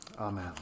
Amen